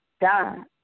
God